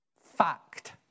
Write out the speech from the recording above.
fact